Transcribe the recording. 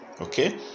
Okay